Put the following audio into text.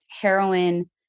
heroin